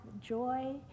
joy